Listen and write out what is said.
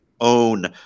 own